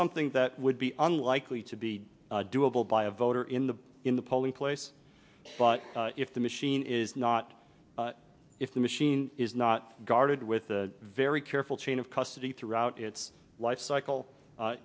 something that would be unlikely to be doable by a voter in the in the polling place but if the machine is not if the machine is not guarded with very careful chain of custody throughout its life cycle